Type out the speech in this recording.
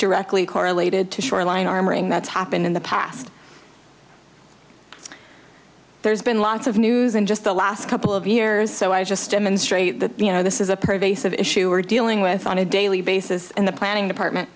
directly correlated to shoreline armoring that's happened in the past there's been lots of news in just the last couple of years so i just demonstrate that you know this is a pervasive issue we're dealing with on a daily basis in the planning department